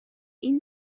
این